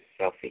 Selfie